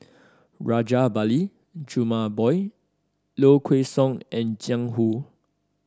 Rajabali Jumabhoy Low Kway Song and Jiang Hu